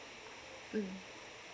mm